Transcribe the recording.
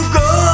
go